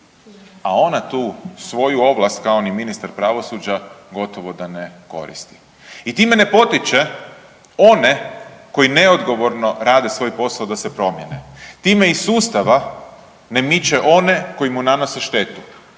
a ona tu svoju ovlast kao ni Ministar pravosuđa gotovo da ne koristi i time ne potiče one koji neodgovorno rade svoj posao da se promijene. Time iz sustava ne miče one koji mu nanose štetu,